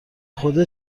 خودت